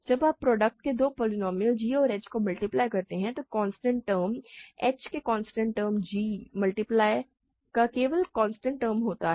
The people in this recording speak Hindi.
जब आप प्रोडक्ट में दो पोलीनोमियल्स g और h को मल्टीप्लाई करते हैं तो कांस्टेंट टर्म h के कांस्टेंट टर्म के g मल्टीप्लाई का केवल कांस्टेंट टर्म होता है